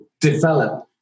develop